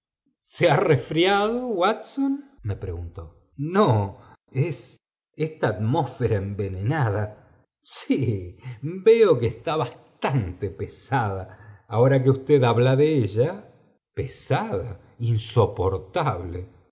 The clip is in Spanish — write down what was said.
se ha resfriado watson me preguntó no ea esta atmósfera envenenada sí veo que pesada insoportable